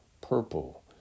purple